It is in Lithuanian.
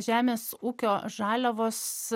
žemės ūkio žaliavos